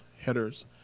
headers